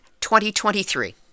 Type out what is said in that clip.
2023